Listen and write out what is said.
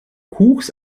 kuchs